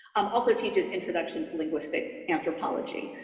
um also teaches introduction to linguistic anthropology,